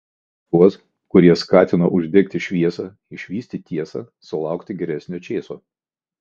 girdi ir tuos kurie skatino uždegti šviesą išvysti tiesą sulaukti geresnio čėso